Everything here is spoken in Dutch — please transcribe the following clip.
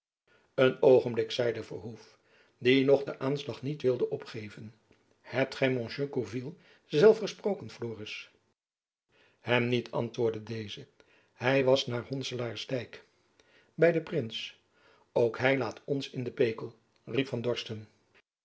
een oogenblik zeide verhoef die nog den aanslag niet wilde opgeven hebt gy monsieur gourville zelf gesproken floris hem niet antwoordde deze hy was naar honselaarsdijk by den prins ook hy laat ons in de pekel riep van dorsten